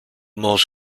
most